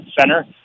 center